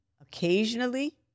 occasionally